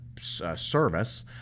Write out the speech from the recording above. service